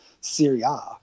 Syria